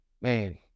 man